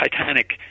Titanic